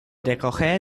décoré